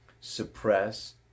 suppress